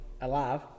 alive